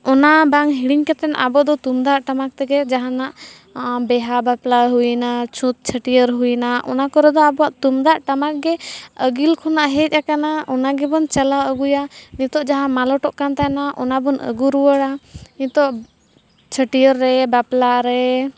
ᱚᱱᱟ ᱵᱟᱝ ᱦᱤᱲᱤᱧ ᱠᱟᱛᱮᱫ ᱟᱵᱚᱫᱚ ᱛᱩᱢᱫᱟᱜ ᱴᱟᱢᱟᱠ ᱛᱮᱜᱮ ᱡᱟᱦᱟᱸᱱᱟᱜ ᱵᱤᱦᱟᱹᱼᱵᱟᱯᱞᱟ ᱦᱩᱭᱮᱱᱟ ᱪᱷᱩᱸᱛᱼᱪᱷᱟᱹᱴᱭᱟᱹᱨ ᱦᱩᱭᱮᱱᱟ ᱚᱱᱟ ᱠᱚᱨᱮ ᱫᱚ ᱟᱵᱚᱣᱟᱜ ᱛᱩᱢᱫᱟᱜ ᱴᱟᱢᱟᱠ ᱜᱮ ᱟᱹᱜᱤᱞ ᱠᱷᱚᱱᱟᱜ ᱦᱮᱡ ᱟᱠᱟᱱᱟ ᱚᱱᱟ ᱜᱮᱵᱚᱱ ᱪᱟᱞᱟᱣ ᱟᱹᱜᱩᱭᱟᱜᱼᱟ ᱱᱤᱛᱚᱜ ᱡᱟᱦᱟᱸ ᱢᱟᱞᱚᱴᱚᱜ ᱠᱟᱱ ᱛᱟᱦᱮᱸᱱᱟ ᱚᱱᱟ ᱵᱚᱱ ᱟᱹᱜᱩ ᱨᱩᱣᱟᱹᱲᱟ ᱱᱤᱛᱚᱜ ᱪᱷᱟᱹᱴᱭᱟᱹᱨ ᱨᱮ ᱵᱟᱯᱞᱟ ᱨᱮ